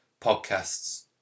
podcasts